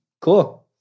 cool